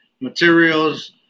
materials